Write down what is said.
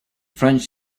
french